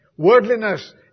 Worldliness